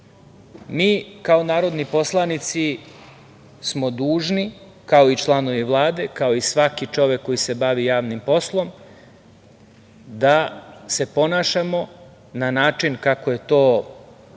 kao narodni poslanici smo dužni, kao i članovi Vlade, kao i svaki čovek koji se bavi javnim poslom, da se ponašamo na način kako je to